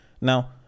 Now